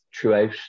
throughout